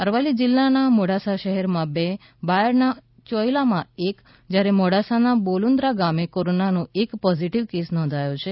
અરવલ્લી જિલ્લામાં મોડાસા શહેરમાં બે બાયડના ચોઇલામાં એક જ્યારે મોડાસાના બોલુન્દ્રા ગામે કોરોનાનો એક પોઝીટીવ કેસ નોંધાયો છે